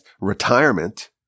Retirement